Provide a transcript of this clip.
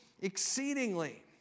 exceedingly